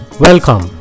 Welcome